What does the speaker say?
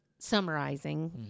Summarizing